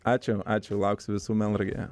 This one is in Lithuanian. ačiū ačiū lauksiu visų melnragėje